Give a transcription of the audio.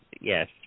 Yes